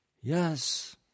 Yes